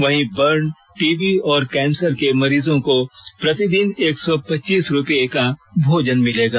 वहीं burn TB और cancer के मरीजों को प्रतिदिन एक सौ पच्चीस रुपए का भोजन मिलेगा